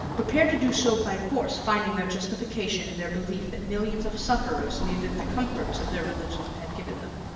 prepared to do so by force, finding their justification in their belief that millions of sufferers needed the comforts that their religion had given them.